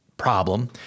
Problem